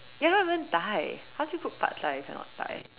you are not even Thai how do you cook Pad Thai if you're not Thai